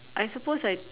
I suppose I